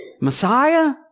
Messiah